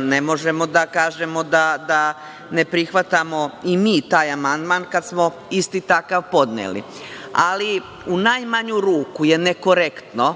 ne možemo da kažemo da ne prihvatamo i mi taj amandman kada smo isti takav podneli. Ali, u najmanju rukuje nekorektno